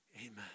Amen